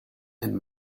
and